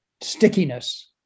stickiness